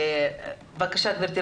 בבקשה גבירתי.